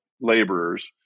laborers